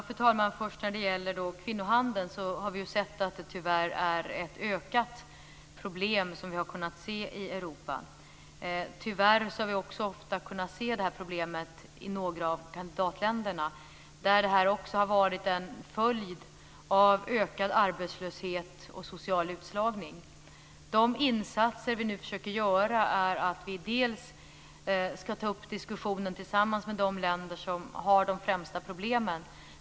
Fru talman! Vi har tyvärr sett att kvinnohandeln är ett problem som ökar i Europa. Tyvärr har vi ofta sett problemet i några av kandidatländerna. Det har varit en följd av ökad arbetslöshet och social utslagning. De insatser vi försöker att göra är att bl.a. diskutera tillsammans med de länder som har de främsta problemen.